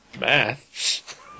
math